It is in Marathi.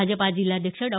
भाजपा जिल्हाध्यक्ष डॉ